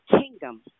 kingdom